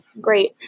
great